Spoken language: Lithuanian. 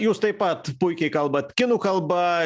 jūs taip pat puikiai kalbat kinų kalba